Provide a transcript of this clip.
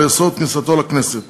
או לאסור את כניסתו לכנסת.